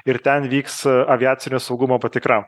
ir ten vyks aviacinio saugumo patikra